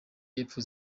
y’epfo